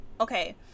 Okay